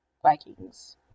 Vikings